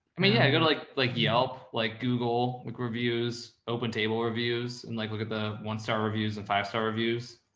i mean, yeah. i go to like, like yelp, like google, like reviews, open table reviews, and like, look at the one star reviews and five star reviews